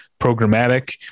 programmatic